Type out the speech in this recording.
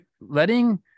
letting